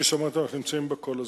וכפי שאמרתי אנחנו נמצאים בה כל הזמן.